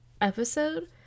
episode